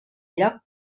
lloc